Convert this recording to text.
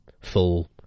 full